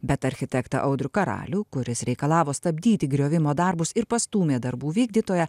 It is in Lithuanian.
bet architektą audrių karalių kuris reikalavo stabdyti griovimo darbus ir pastūmė darbų vykdytoją